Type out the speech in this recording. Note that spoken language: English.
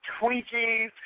Twinkies